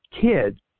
kid